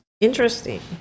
interesting